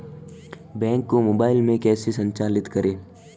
Bank को mobile में कैसे संचालित करें?